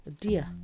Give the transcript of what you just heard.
dear